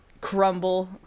crumble